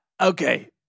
Okay